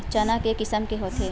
चना के किसम के होथे?